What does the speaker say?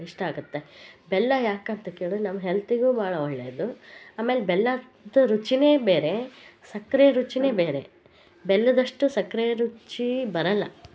ಇಷ್ಟ ಆಗುತ್ತೆ ಬೆಲ್ಲ ಯಾಕಂತ ಕೇಳಿರೆ ನಮ್ಮ ಹೆಲ್ತಿಗೂ ಭಾಳಾ ಒಳ್ಳೆಯದು ಆಮೇಲೆ ಬೆಲ್ಲದ ರುಚೀನೇ ಬೇರೆ ಸಕ್ಕರೆ ರುಚೀನೇ ಬೇರೆ ಬೆಲ್ಲದಷ್ಟು ಸಕ್ಕರೆ ರುಚಿ ಬರಲ್ಲ